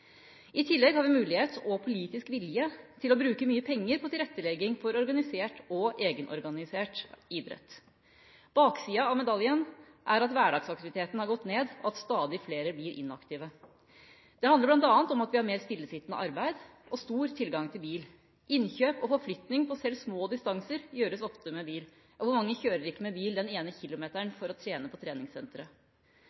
I tillegg har vi mulighet og politisk vilje til å bruke mye penger på tilrettelegging for organisert og egenorganisert idrett. Baksida av medaljen er at hverdagsaktiviteten har gått ned, og at stadig flere blir inaktive. Det handler bl.a. om at vi har mer stillesittende arbeid og lett tilgang til bil. Innkjøp og forflytning på selv små distanser gjøres ofte med bil. Og hvor mange kjører ikke bil den ene kilometeren